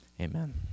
amen